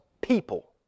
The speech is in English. people